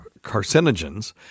carcinogens